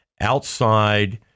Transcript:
outside